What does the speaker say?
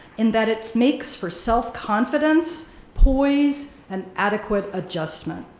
in that it makes for self-confidence, poise, and adequate adjustment.